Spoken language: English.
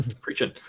Preaching